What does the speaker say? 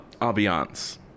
Ambiance